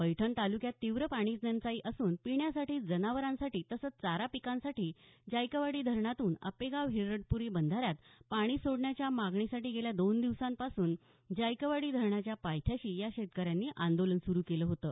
पैठण तालुक्यात तीव्र पाणी टंचाई असून पिण्यासाठी जनावरांसाठी तसंच चारा पिकांसाठी जायकवाडी धरणातून आपेगाव हिरडपूरी बंधाऱ्यात पाणी सोडण्याच्या मागणीसाठी गेल्या दोन दिवसांपासून जायकवाडी धरणाच्या पायथ्याशी या शेतकऱ्यांनी आंदोलन सुरू केलं होतं